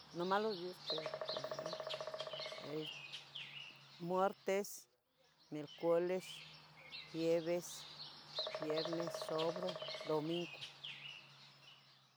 Nomas los días que ave, es, Muartes, miercolex, jieves, viernes, sabaroh, domincu.